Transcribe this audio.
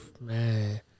Man